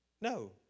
No